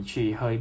ya